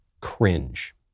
cringe